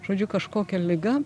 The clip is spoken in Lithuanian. žodžiu kažkokia liga